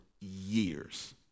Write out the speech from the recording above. years